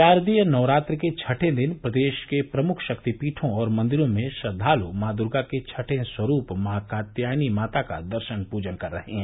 शारदीय नवरात्र के छठें दिन प्रदेश के प्रमुख शक्तिपीठों और मंदिरों में श्रद्वालु माँ दुर्गा के छठें स्वरूप माँ कात्यायनी माता का दर्शन पूजन कर रहे हैं